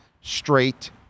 straight